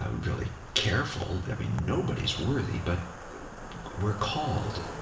ah really careful, i mean, nobody's worthy, but we're called.